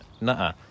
Nah